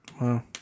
Wow